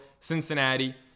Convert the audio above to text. Cincinnati